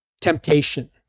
Temptation